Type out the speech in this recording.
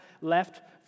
left